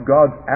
God's